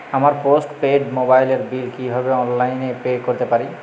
আমার postpaid মোবাইলের bill কীভাবে অনলাইনে পে করতে পারি?